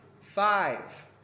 five